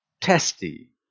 testy